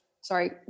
sorry